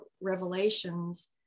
revelations